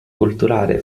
culturale